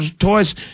toys